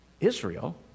Israel